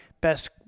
best